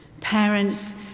Parents